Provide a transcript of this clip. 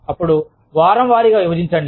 అప్పుడు వారం వారీగా విభజించండి